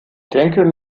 denken